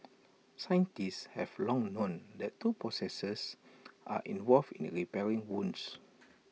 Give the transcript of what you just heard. scientists have long known that two processes are involved in repairing wounds